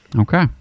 Okay